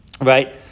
right